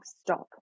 stop